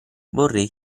vorrei